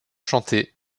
chanter